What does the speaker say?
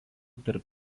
tarp